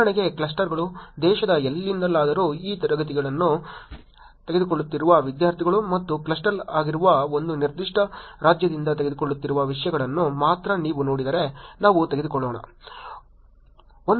ಉದಾಹರಣೆಗೆ ಕ್ಲಸ್ಟರ್ಗಳು ದೇಶದ ಎಲ್ಲಿಂದಲಾದರೂ ಈ ತರಗತಿಯನ್ನು ತೆಗೆದುಕೊಳ್ಳುತ್ತಿರುವ ವಿದ್ಯಾರ್ಥಿಗಳು ಮತ್ತು ಕ್ಲಸ್ಟರ್ ಆಗಿರುವ ಒಂದು ನಿರ್ದಿಷ್ಟ ರಾಜ್ಯದಿಂದ ತೆಗೆದುಕೊಳ್ಳುತ್ತಿರುವ ವಿದ್ಯಾರ್ಥಿಗಳನ್ನು ಮಾತ್ರ ನೀವು ನೋಡಿದರೆ ನಾವು ತೆಗೆದುಕೊಳ್ಳೋಣ